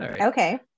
Okay